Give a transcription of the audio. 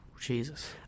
Jesus